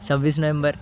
सव्वीस नोवेंबर